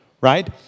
Right